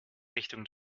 richtung